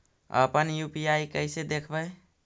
अपन यु.पी.आई कैसे देखबै?